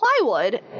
plywood